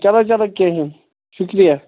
چلو چلو کیٚنٛہہ چھُنہٕ شُکریا